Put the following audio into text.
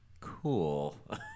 Cool